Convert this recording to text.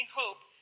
hope